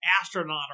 astronaut